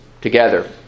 together